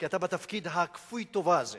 כי אתה בתפקיד כפוי הטובה הזה